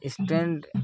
instant